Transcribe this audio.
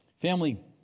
Family